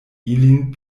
ilin